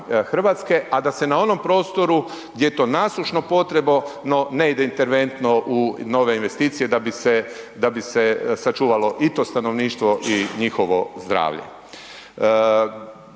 Hrvatske a da se na onom prostoru gdje je to nasušno potrebno ne ide interventno u nove investicije da bi se sačuvalo i to stanovništvo i njihovo zdravlje.